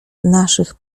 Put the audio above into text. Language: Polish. naszych